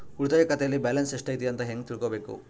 ಉಳಿತಾಯ ಖಾತೆಯಲ್ಲಿ ಬ್ಯಾಲೆನ್ಸ್ ಎಷ್ಟೈತಿ ಅಂತ ಹೆಂಗ ತಿಳ್ಕೊಬೇಕು?